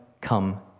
come